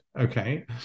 okay